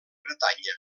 bretanya